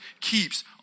keeps